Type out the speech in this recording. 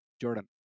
Jordan